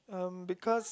um because